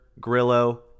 Grillo